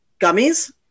gummies